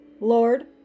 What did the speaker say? Lord